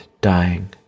dying